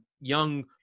young